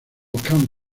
can